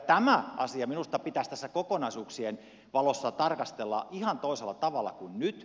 tämä asia minusta pitäisi tässä kokonaisuuksien valossa tarkastella ihan toisella tavalla kuin nyt